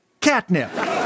catnip